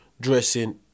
dressing